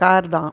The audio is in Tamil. கார் தான்